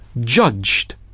judged